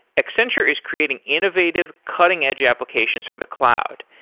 accenture is creating innovative, cutting edge applications for the cloud,